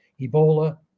Ebola